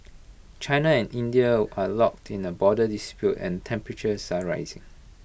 China and India are locked in A border dispute and temperatures are rising